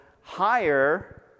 higher